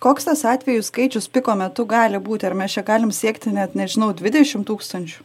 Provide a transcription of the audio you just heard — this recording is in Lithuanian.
koks tas atvejų skaičius piko metu gali būti ar mes čia galim siekti net nežinau dvidešim tūkstančių